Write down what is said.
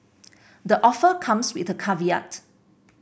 the offer comes with a caveat